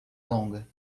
longa